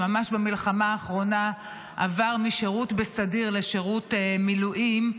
שממש במלחמה האחרונה עבר משירות בסדיר לשירות מילואים,